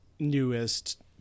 newest